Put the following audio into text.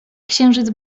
księżyc